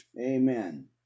Amen